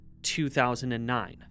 2009